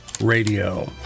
Radio